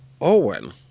Owen